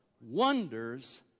Wonders